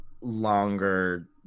longer